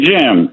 Jim